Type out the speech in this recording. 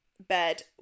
bed